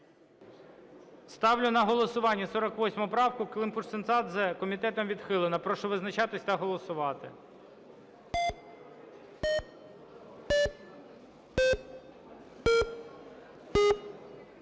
Ставлю на голосування 48 правку Климпуш-Цинцадзе, комітетом відхилена. Прошу визначатися та голосувати.